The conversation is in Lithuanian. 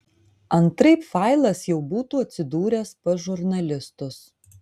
antraip failas jau būtų atsidūręs pas žurnalistus